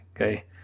okay